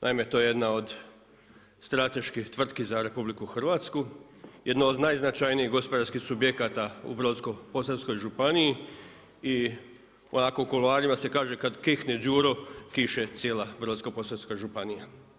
Naime, to je jedna od strateških tvrtki za RH, jedno od najznačajnijih gospodarskih subjekta u Brodsko-posavskoj županiji i onako u kuloarima se kaže kada kihne Đuro kiše cijela Brodsko-posavska županija.